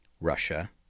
Russia